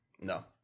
No